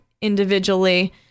individually